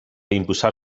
imposar